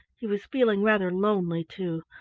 he was feeling rather lonely, too,